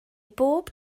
bob